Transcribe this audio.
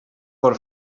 cor